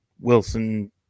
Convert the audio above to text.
Wilson